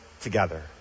together